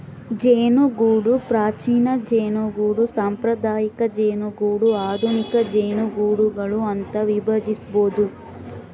ಜೇನುಗೂಡು ಪ್ರಾಚೀನ ಜೇನುಗೂಡು ಸಾಂಪ್ರದಾಯಿಕ ಜೇನುಗೂಡು ಆಧುನಿಕ ಜೇನುಗೂಡುಗಳು ಅಂತ ವಿಭಜಿಸ್ಬೋದು